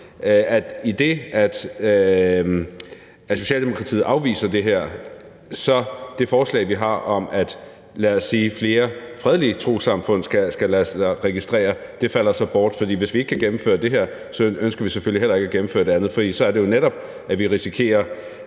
at idet Socialdemokratiet afviser det her forslag, bortfalder det forslag, vi har om, at flere, lad os sige fredelige trossamfund, skal lade sig registrere. For hvis vi ikke kan gennemføre det her, ønsker vi selvfølgelig heller ikke at gennemføre det andet, for så er det jo netop, vi risikerer,